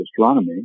astronomy